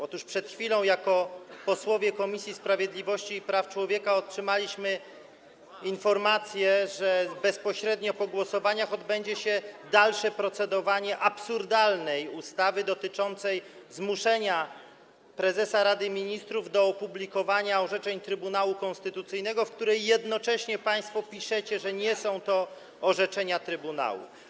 Otóż przed chwilą jako posłowie Komisji Sprawiedliwości i Praw Człowieka otrzymaliśmy informację, że bezpośrednio po głosowaniach odbędzie się dalsze procedowanie nad absurdalną ustawą dotyczącą zmuszenia prezesa Rady Ministrów do opublikowania orzeczeń Trybunału Konstytucyjnego, w której jednocześnie państwo piszecie, że nie są to orzeczenia trybunału.